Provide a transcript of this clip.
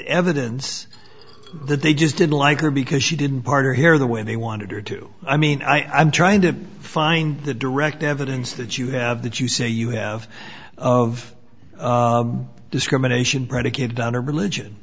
evidence that they just didn't like her because she didn't partner here the way they wanted her to i mean i'm trying to find the direct evidence that you have that you say you have of discrimination predicated on a religion